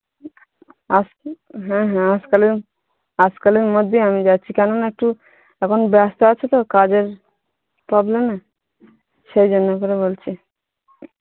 আজকে হ্যাঁ হ্যাঁ আজ কালের আজ কালের মধ্যেই আমি যাচ্ছি কেননা একটু এখন ব্যস্ত আছে তো কাজের প্রবলেমে সেই জন্যে করে বলছি